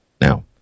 now